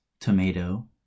tomato